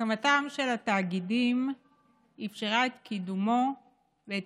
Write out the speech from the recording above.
הקמתם של התאגידים אפשרה את קידומו ואת